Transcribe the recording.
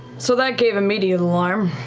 so that gave immediate alarm.